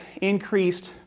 increased